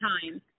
time